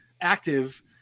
active